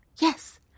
Yes